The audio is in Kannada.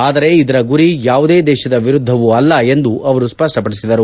ಆದರೆ ಇದರ ಗುರಿ ಯಾವುದೇ ದೇಶದ ವಿರುದ್ದವೂ ಅಲ್ಲ ಎಂದು ಅವರು ಸ್ಪಷ್ಪಪಡಿಸಿದರು